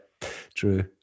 True